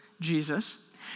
Jesus